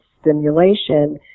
stimulation